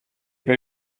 per